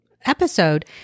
episode